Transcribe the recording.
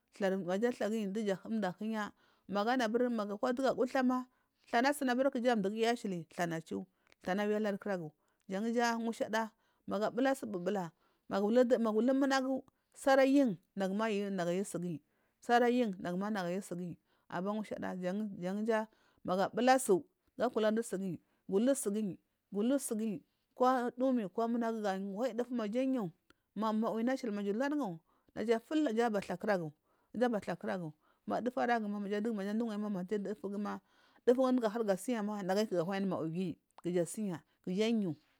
Thla maga thlaguyi ndu mdu ahiya magunubari kodugu awuthama thlana asuni aburi mduguwa ashili thlana chu thlana awi alarkuragu janja mushada magu abula subula bula maju ulu munagu sar ayu naguma naguma ayu suguyi suriyin nagana ayu suguyin aban mushada janga magu abulasu tsu ga kuladusugyi gu ulusuguyi kodima komunagu huwi dufu magu anyu ma mawina ashili maja ulargu naja anwandi naja abathakunagu naja ful abathlakunagu ma dutu araguma maja mdu uwayima maja dufu dufu siyama naguyu ga nayi anu mawiguyi kuja asiya kuja anyu.